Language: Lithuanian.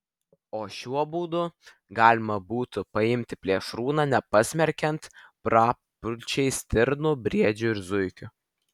o šiuo būdu galima būtų paimti plėšrūną nepasmerkiant prapulčiai stirnų briedžių ir zuikių